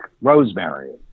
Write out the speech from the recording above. rosemary